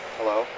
Hello